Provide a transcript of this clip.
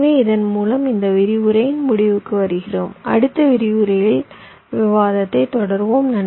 எனவே இதன் மூலம் இந்த விரிவுரையின் முடிவுக்கு வருகிறோம் அடுத்த விரிவுரையில் விவாதத்தைத் தொடர்வோம்